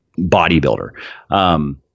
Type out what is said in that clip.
bodybuilder